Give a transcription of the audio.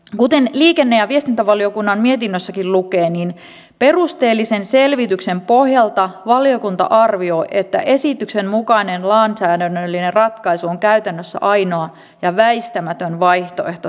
kuten liikenne ja viestintävaliokunnan mietinnössäkin lukee niin perusteellisen selvityksen pohjalta valiokunta arvioi että esityksen mukainen lainsäädännöllinen ratkaisu on käytännössä ainoa ja väistämätön vaihtoehto tämänhetkisessä tilanteessa